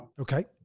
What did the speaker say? Okay